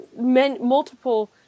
multiple